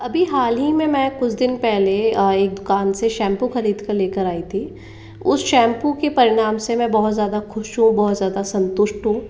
अभी हाल ही में मैं कुछ दिन पहले एक दुकान से शैम्पू खरीद कर लेकर आई थी उस शैम्पू के परिणाम से मैं बहुत ज्यादा खुश हूँ बहुत ज़्यादा संतुष्ट हूँ